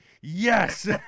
Yes